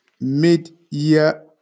Mid-Year